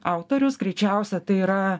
autorius greičiausia tai yra